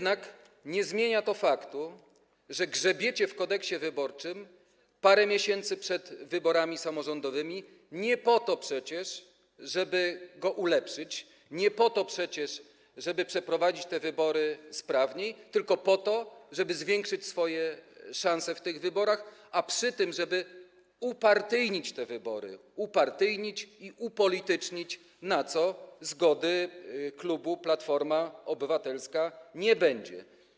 Nie zmienia to jednak faktu, że grzebiecie w Kodeksie wyborczym parę miesięcy przed wyborami samorządowymi nie po to przecież, żeby go ulepszyć, nie po to przecież, żeby przeprowadzić te wybory sprawniej, tylko po to, żeby zwiększyć swoje szanse w tych wyborach, a przy tym, żeby je upartyjnić i upolitycznić, na co zgody klubu Platforma Obywatelska nie będzie.